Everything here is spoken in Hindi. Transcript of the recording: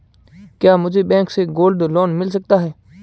क्या मुझे बैंक से गोल्ड लोंन मिल सकता है?